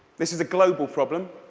this is a global problem.